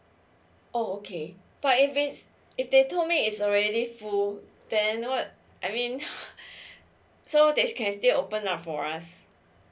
oh okay but if it's if they told me it's already full then what I mean so they can still open up for us